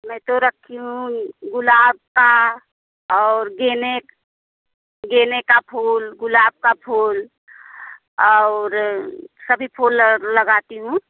मैं तो रखी हूँ गुलाब का और गेने गेने का फूल गुलाब का फूल और सभी फूल लगा लगाती हूँ